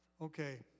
Okay